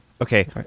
Okay